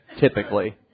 typically